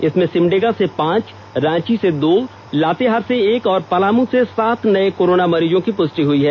इसमें सिमडेगा से पांच रांची से दो लातेहार से एक और पलामू से सात नये कोरोना मरीजों की पुष्टि हुई है